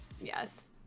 Yes